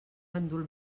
gandul